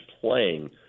playing